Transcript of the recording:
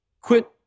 quit